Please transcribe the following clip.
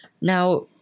Now